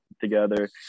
together